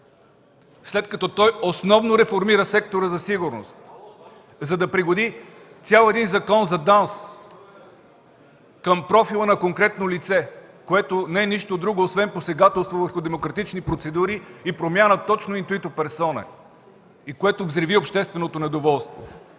след като той основно реформира сектора за сигурност, за да пригоди цял един закон за ДАНС към профила на конкретно лице, което не е нищо друго, освен посегателство върху демократични процедури и промяна точно интуито персоне, което взриви общественото недоволство.